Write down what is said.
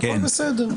הכול בסדר.